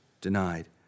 denied